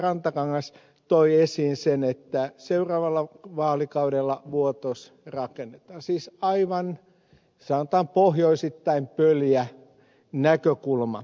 rantakangas toi esiin sen että seuraavalla vaalikaudella vuotos rakennetaan siis aivan sanotaan pohjoisittain pöljä näkökulma